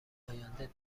آینده